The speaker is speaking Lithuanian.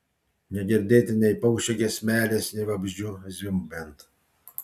negirdėti nei paukščio giesmelės nei vabzdžių zvimbiant